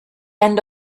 end